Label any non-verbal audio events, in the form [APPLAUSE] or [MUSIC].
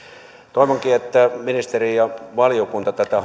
toivonkin että ministeri ja valiokunta tätä [UNINTELLIGIBLE]